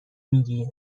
میگی